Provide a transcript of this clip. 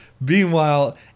Meanwhile